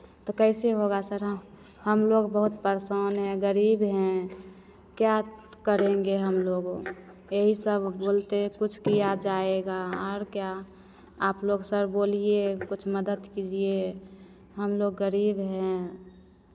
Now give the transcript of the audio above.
तो कैसे होगा सर हम लोग बहुत परेशान हैं गरीब हैं क्या करेंगे हम लोग यही सब बोलते हैं कुछ किया जाएगा और क्या आप लोग सर बोलिए कुछ मदद कीजिए हम लोग गरीब हैं